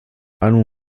einen